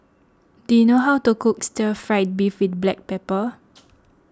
do you know how to cook Stir Fried Beef with Black Pepper